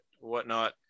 whatnot